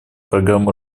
программу